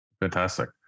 Fantastic